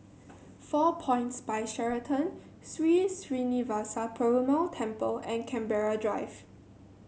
Four Points By Sheraton Sri Srinivasa Perumal Temple and Canberra Drive